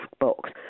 box